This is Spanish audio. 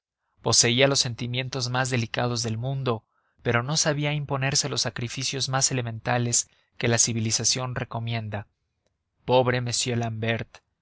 poseía los sentimientos más delicados del mundo pero no sabía imponerse los sacrificios más elementales que la civilización recomienda pobre m